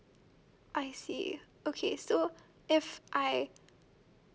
I see okay so if I